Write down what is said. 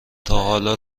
تاحالا